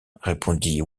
répondit